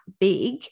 big